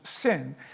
sin